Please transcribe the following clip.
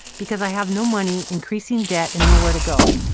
because i have no money, increasing debt, and nowhere to go.